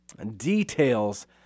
details